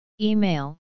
Email